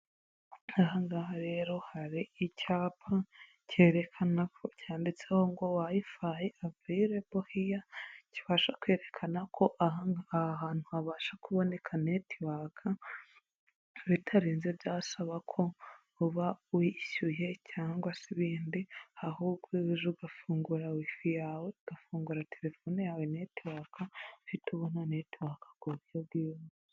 Aha ngaha rero hari icyapa cyerekana ko cyanditseho ngo wayifayi avayirebo hiya, kibasha kwerekana ko aha hantu habasha kuboneka netiwaka, bitarinze byasaba ko uba wishyuye cyangwa se ibindi, ahubwo iyo uje ugafungura wifi yawe, ugafungura telefone yawe netiwaka, uhita ubona netiwaka ku buryo bwihuse.